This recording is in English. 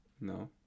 No